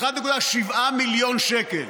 1.7 מיליון שקל